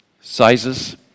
sizes